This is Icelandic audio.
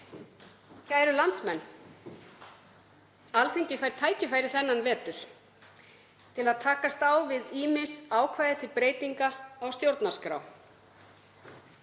Kæru landsmenn. Alþingi fær tækifæri þennan vetur til að takast á við ýmis ákvæði til breytinga á stjórnarskrá,